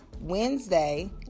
Wednesday